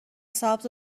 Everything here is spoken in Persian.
سبز